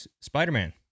Spider-Man